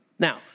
Now